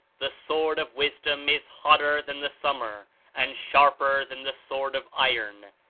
the sword of wisdom is hotter than the summer and sharper than the sword of iron,